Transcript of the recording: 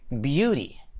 beauty